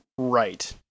Right